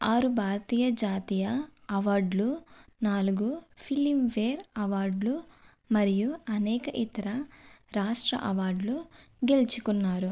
ఆరు భారతీయ జాతీయ అవార్డులు నాలుగు ఫిలింఫేర్ అవార్డులు మరియు అనేక ఇతర రాష్ట్ర అవార్డులు గెలుచుకున్నారు